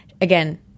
again